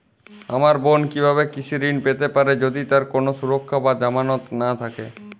আমার বোন কীভাবে কৃষি ঋণ পেতে পারে যদি তার কোনো সুরক্ষা বা জামানত না থাকে?